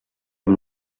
amb